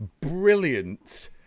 brilliant